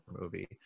movie